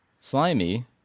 slimy